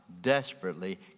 desperately